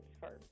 first